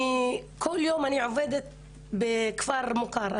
אני כל יום עובדת בכפר מוכר,